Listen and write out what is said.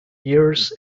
ears